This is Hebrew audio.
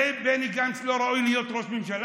בני גנץ לא ראוי להיות ראש ממשלה?